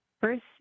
first